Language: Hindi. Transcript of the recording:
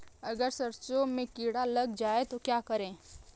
अगर सरसों में कीड़ा लग जाए तो क्या करें?